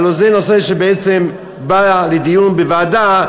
הלוא זה נושא שבעצם בא לדיון בוועדה,